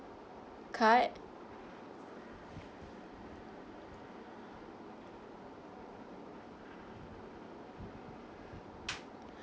card